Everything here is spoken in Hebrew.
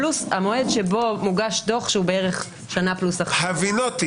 פלוס המועד שבו מוגש דוח שהוא בערך שנה פלוס --- הבינותי.